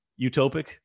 utopic